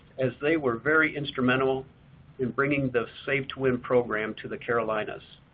as they were very instrumental in bringing the save to win program to the carolinas.